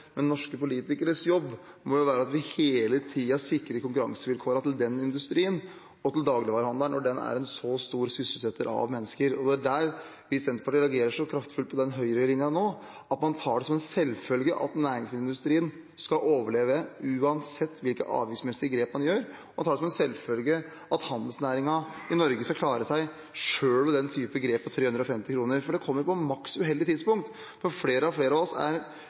men norske politikeres jobb må jo være at vi hele tiden sikrer konkurransevilkårene til den industrien og til dagligvarehandelen når den er en så stor sysselsetter av mennesker. Det vi i Senterpartiet reagerer så kraftfullt på, er at Høyre-regjeringen tar det som en selvfølge at næringsmiddelindustrien skal overleve uansett hvilke avgiftsmessige grep man tar. Man tar det som en selvfølge at handelsnæringen i Norge skal klare seg, selv med typen grep på 350 kr. Det kommer på et maks uheldig tidspunkt, når flere og flere av oss er